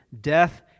death